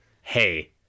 hey